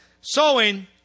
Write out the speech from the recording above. Sowing